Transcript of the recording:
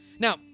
Now